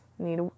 need